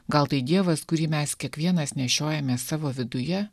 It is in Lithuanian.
gal tai dievas kurį mes kiekvienas nešiojamės savo viduje